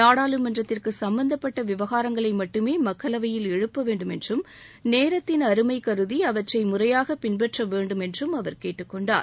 நாடாளுமன்றத்திற்கு சம்பந்தப்பட்ட விவகாரங்களை மட்டுமே மக்களவையில் எழுப்ப வேண்டும் என்றும் நேரத்தின் அருமைக்கருதி அவற்றை முறையாக பின்பற்ற வேண்டும் என்றும் அவர் கேட்டுக்கொண்டார்